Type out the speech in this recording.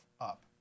up